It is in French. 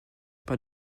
pas